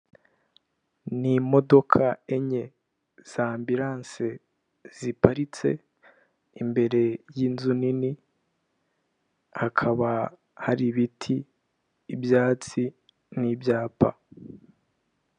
Ni imodoka enye za ambilanse ziparitse imbere y'inzu nini , hakaba hari ibiti ibyatsi n'ibyapa.